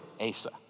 Asa